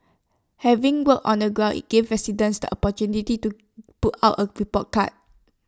having worked on the ground IT gives residents the opportunity to put out A report card